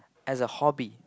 as a hobby